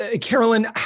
Carolyn